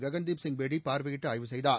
ககன்தீப் சிங் பேடி பார்வையிட்டு ஆய்வு செய்தார்